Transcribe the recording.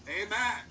Amen